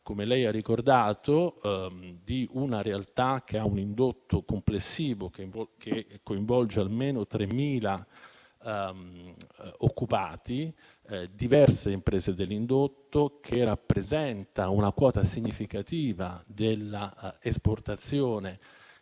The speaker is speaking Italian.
come lei ha ricordato - di una realtà che ha un indotto complessivo che coinvolge almeno 3.000 occupati, diverse imprese dell'indotto, rappresentando una quota significativa dell'esportazione